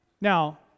Now